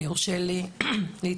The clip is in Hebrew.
אם יורשה לי להתייחס.